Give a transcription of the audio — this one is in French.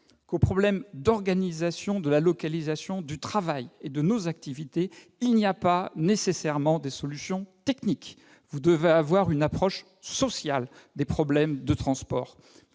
et aux problèmes d'organisation de la localisation du travail et de nos activités, il n'y a pas nécessairement des solutions techniques. Vous devez avoir une approche sociale des problèmes de transport.